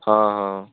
ହଁ ହଁ